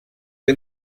que